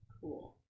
Cool